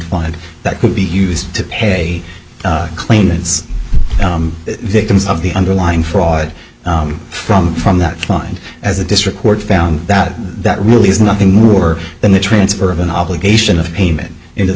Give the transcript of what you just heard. wanted that could be used to pay claimants victims of the underlying fraud from from that line as a district court found that that really is nothing more than the transfer of an obligation of payment into the